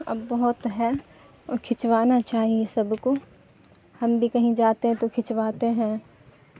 اب بہت ہے اور کھنچوانا چاہیے سب کو ہم بھی کہیں جاتے ہیں تو کھنچواتے ہیں